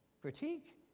critique